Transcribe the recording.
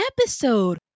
episode